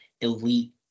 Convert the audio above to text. elite